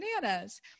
bananas